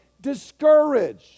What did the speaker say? discouraged